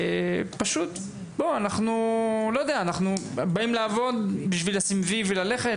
אנחנו באים לעבוד בשביל לסמן "וי" וללכת?